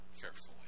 carefully